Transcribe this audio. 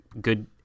good